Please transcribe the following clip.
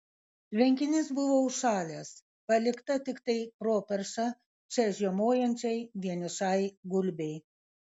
tvenkinys buvo užšalęs palikta tiktai properša čia žiemojančiai vienišai gulbei